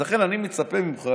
אז לכן אני מצפה ממך